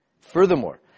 Furthermore